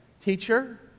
teacher